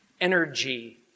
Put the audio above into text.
energy